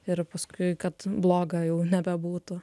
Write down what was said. ir paskui kad bloga jau nebebūtų